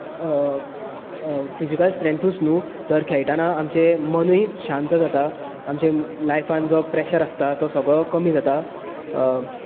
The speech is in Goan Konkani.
फिजिकल स्ट्रेंथूच न्हू तर खेळटना आमचें मनूय शांत जाता आमच्या लायफान जो प्रेशर आसता तो सगळो कमी जाता